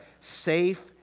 safe